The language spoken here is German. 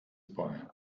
bei